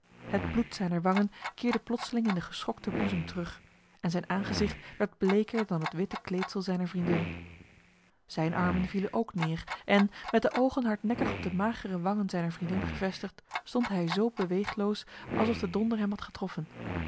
het bloed zijner wangen keerde plotseling in de geschokte boezem terug en zijn aangezicht werd bleker dan het witte kleedsel zijner vriendin zijn armen vielen ook neer en met de ogen hardnekkig op de magere wangen zijner vriendin gevestigd stond hij zo beweegloos alsof de donder hem had getroffen